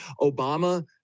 Obama